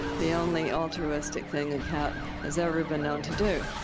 the only altruistic thing a cat has ever been known to do.